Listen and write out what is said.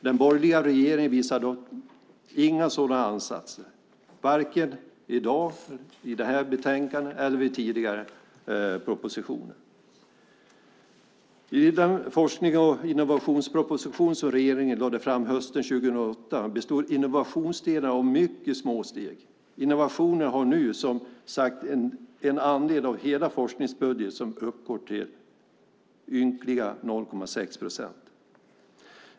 Den borgerliga regeringen visar dock inga sådana ansatser, varken i det här betänkandet eller i tidigare propositioner. I den forsknings och innovationsproposition som regeringen lade fram hösten 2008 bestod innovationsdelarna av mycket små steg. Innovationerna har nu som sagt en andel av hela forskningsbudgeten som uppgår till ynkliga 0,6 procent.